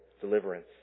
deliverance